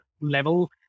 level